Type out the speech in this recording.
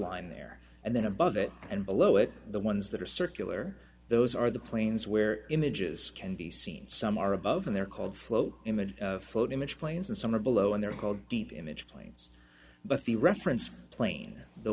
line there and then above it and below it the ones that are circular those are the planes where images can be seen some are above and they're called float images float image planes and some are below and they're called deep image planes but the reference plane the